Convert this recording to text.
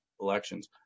elections